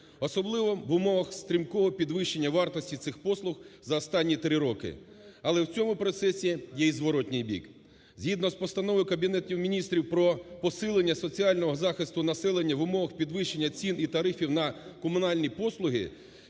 особливо в умовах стрімкого підвищення вартості цих послуг за останні три роки, але в цьому процесі є і зворотній бік. Згідно з постановою Кабінету Міністрів про посилення соціального захисту населення в умовах підвищення цін і тарифів на комунальні послуги,